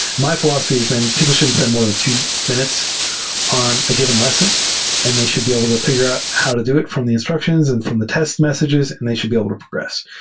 philosophy has been people shouldn't spend more than two minutes on a given lesson and they should be able to figure out how to do it from the instructions and from the test messages, and they should be able to progress.